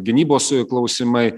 gynybos klausimai